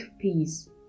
peace